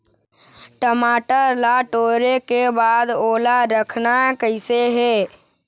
टमाटर ला टोरे के बाद ओला रखना कइसे हे?